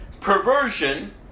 perversion